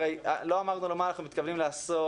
לא אמרנו לו מה אנחנו מתכוונים לעשות.